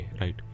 right